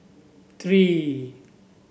three